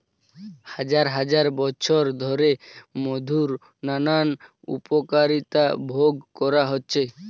হাজার হাজার বছর ধরে মধুর নানান উপকারিতা ভোগ করা হচ্ছে